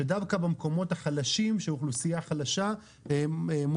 שדווקא במקומות החלשים של אוכלוסייה חלשה היא זו